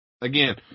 again